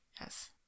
yes